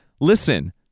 Listen